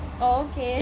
oh okay